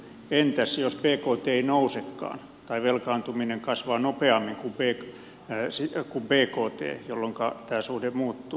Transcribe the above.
entäs jos bkt ei nousekaan tai velkaantuminen kasvaa nopeammin kuin bkt jolloin tämä suhde muuttuu